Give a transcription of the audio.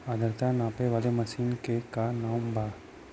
आद्रता नापे वाली मशीन क का नाव बा?